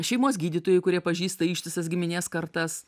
šeimos gydytojai kurie pažįsta ištisas giminės kartas